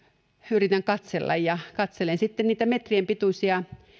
yritän katsella ja katselen sitten niitä metrien pituisia